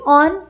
on